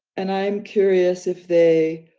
and i'm curious if they